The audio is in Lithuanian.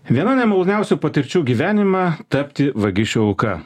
viena nemaloniausių patirčių gyvenime tapti vagišių auka